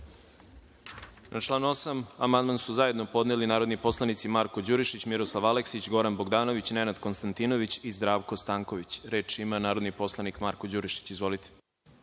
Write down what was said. član 8. amandman su zajedno podneli narodni poslanici Marko Đurišić, Miroslav Aleksić, Goran Bogdanović, Nenad Konstantinović i Zdravko Stanković. Reč ima narodni poslanik Marko Đurišić. Izvolite.